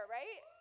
right